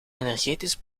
energetisch